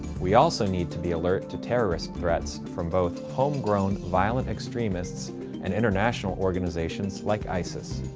we also need to be alert to terrorist threats from both homegrown, violent extremists and international organizations like isis.